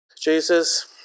Jesus